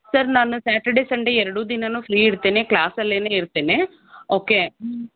sir ನಾನು Saturday Sunday ಎರಡೂ ದಿನವೂ ಫ್ರೀ ಇರ್ತೇನೆ ಕ್ಲಾಸ್ಸಲ್ಲೇನೆ ಇರ್ತೇನೆ ಓಕೆ